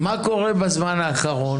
מה קורה בזמן האחרון?